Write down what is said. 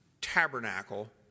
tabernacle